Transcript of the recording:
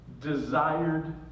desired